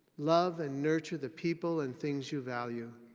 love and nurture the people and things you value.